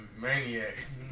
Maniacs